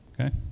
Okay